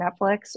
Netflix